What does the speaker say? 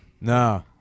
No